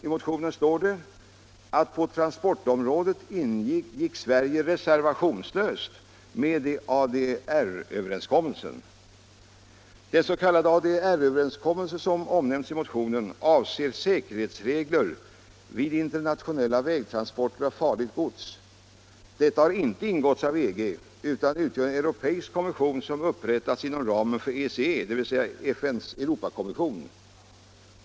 I motionen står det: ”På transportområdet gick Sverige reservationslöst med på ADR-överenskommelsen.” Den s.k. ADR-överenskommelse som omnämns i motionen avser säkerhetsregler vid internationella vägtransporter av farligt gods. Denna överenskommelse har dock inte slutits med EG, utan är en europeisk konvention som upprättats inom ramen för ECE, dvs. FN:s Europakommission.